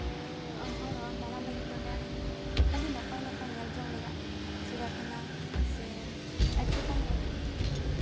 ᱦᱚᱲ ᱦᱚᱸ ᱫᱟᱬᱟᱱ ᱞᱟᱹᱜᱤᱫ ᱛᱮ ᱚᱸᱰᱮ ᱟᱹᱰᱤ ᱱᱟᱯᱟᱭ ᱱᱟᱯᱟᱭ ᱧᱮᱞ ᱡᱚᱝ ᱨᱮᱭᱟᱜ ᱪᱤᱲᱭᱟᱠᱷᱟᱱᱟ ᱥᱮ ᱟᱹᱰᱤ ᱨᱚᱠᱚᱢ